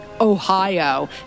Ohio